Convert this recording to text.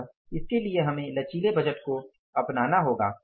अतः इसके लिए हमें लचीले बजट को अपनाना होगा